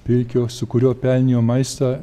pilkio su kuriuo pelnijo maistą